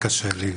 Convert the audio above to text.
קשה לי.